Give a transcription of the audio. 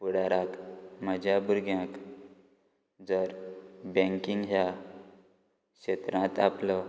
फुडाराक म्हाज्या भुरग्याक जर बँकेन ह्या क्षेत्रांत आपलो